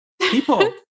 People